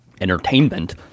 entertainment